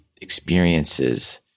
experiences